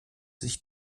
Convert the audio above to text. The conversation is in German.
sich